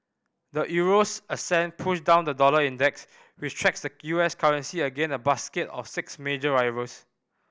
the euro's ascent pushed down the dollar index which tracks the U S currency against a basket of six major rivals